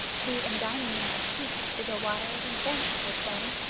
the endymion of keats is a wild and fanciful poem,